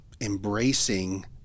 embracing